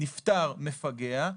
נפטר מפגע,